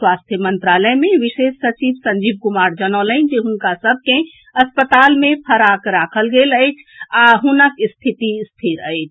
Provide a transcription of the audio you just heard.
स्वास्थ्य मंत्रालय मे विशेष सचिव संजीव कुमार जनौलनि जे हुनका सभ के अस्पताल मे फराग राखल गेल अछि आ हुनक स्थिति स्थिर अछि